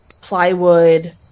plywood